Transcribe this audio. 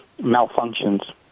Malfunctions